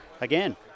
again